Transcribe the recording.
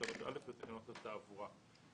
83א לתקנות התעבורה.